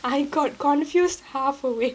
I got confused half way